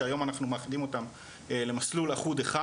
שהיום אנחנו מאחדים אותם למסלול אחוד אחד